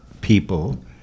people